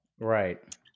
Right